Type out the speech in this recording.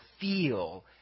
feel